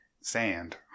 Sand